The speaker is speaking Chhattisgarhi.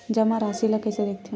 जमा राशि ला कइसे देखथे?